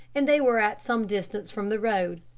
and they were at some distance from the road.